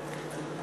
זה,